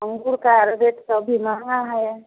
अंगूर का रेट तो अभी महंगा है